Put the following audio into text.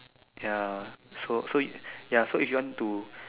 ya so so ya so if you want to